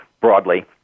broadly